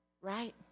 Right